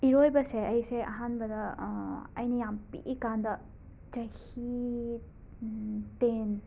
ꯏꯔꯣꯏꯕꯁꯦ ꯑꯩꯁꯦ ꯑꯍꯥꯟꯕꯗ ꯑꯩꯅ ꯌꯥꯝꯅ ꯄꯤꯛꯏ ꯀꯥꯟꯗ ꯆꯍꯤ ꯇꯦꯟ